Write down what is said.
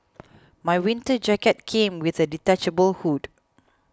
my winter jacket came with a detachable hood